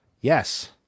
Yes